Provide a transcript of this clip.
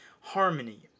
harmony